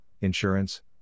insurance